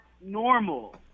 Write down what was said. normal